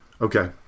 Okay